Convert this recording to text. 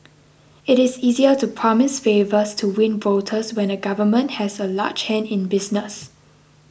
it is easier to promise favours to win voters when a government has a large hand in business